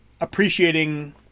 appreciating